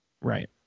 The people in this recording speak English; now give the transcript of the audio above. Right